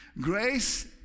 Grace